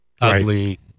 ugly